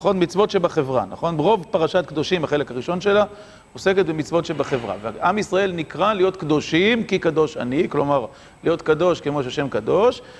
נכון? מצוות שבחברה, נכון? רוב פרשת קדושים, החלק הראשון שלה, עוסקת במצוות שבחברה. ועם ישראל נקרא להיות קדושים כי קדוש אני, כלומר, להיות קדוש כמו שהשם קדוש.